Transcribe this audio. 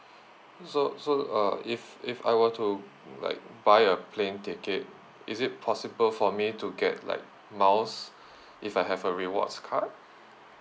so so uh if if I were to like buy a plane ticket is it possible for me to get like miles if I have a rewards card